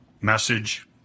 message